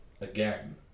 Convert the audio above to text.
again